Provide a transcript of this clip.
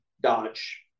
Dodge